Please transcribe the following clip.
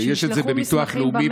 ויש את זה בביטוח לאומי,